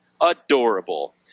Adorable